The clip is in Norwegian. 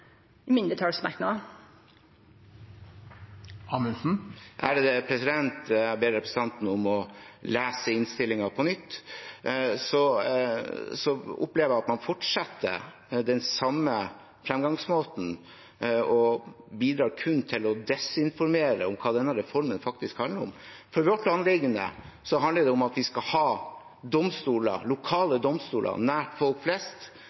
Jeg ber representanten Klinge om å lese innstillingen på nytt. Så opplever jeg at man fortsetter med den samme framgangsmåten og kun bidrar til å desinformere om hva denne reformen faktisk handler om. For vår del handler det om at vi skal ha domstoler, lokale domstoler, nær folk flest,